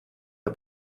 der